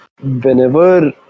Whenever